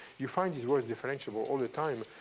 you find these words differentiable all the time.